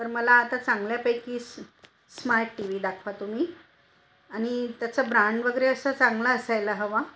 तर मला आता चांगल्यापैकी स् स्मार्ट टी वी दाखवा तुम्ही आणि त्याचं ब्रँड वगैरे असं चांगला असायला हवा